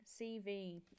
CV